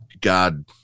God